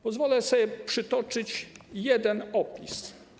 Pozwolę sobie przytoczyć jeden opis.